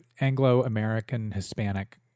Anglo-American-Hispanic